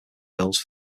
bills